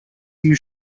you